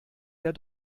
der